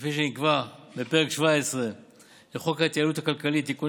כפי שנקבע בפרק 17 לחוק ההתייעלות הכלכלית (תיקוני